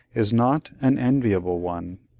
is not an enviable one.